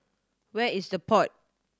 where is The Pod